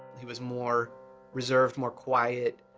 he was more reserved, more quiet,